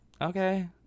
okay